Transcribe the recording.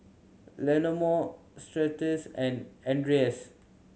Leonore Stasia and Andres